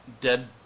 dead